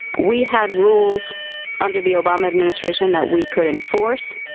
we had rules under the obama administration that we could enforce.